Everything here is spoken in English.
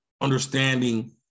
understanding